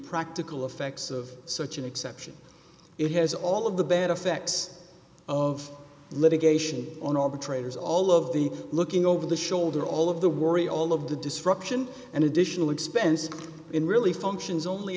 practical effects of such an exception it has all of the bad effects of litigation on all the traders all of the looking over the shoulder all of the worry all of the disruption and additional expense in really functions only